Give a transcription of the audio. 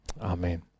Amen